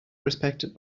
respected